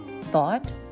thought